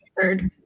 third